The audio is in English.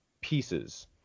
pieces